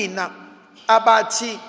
abati